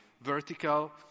vertical